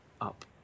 up